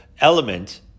element